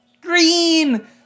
Green